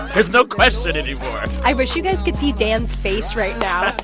there's no question anymore i wish you guys could see dan's face right now.